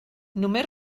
només